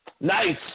Nice